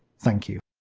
thank you.